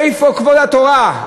איפה כבוד התורה?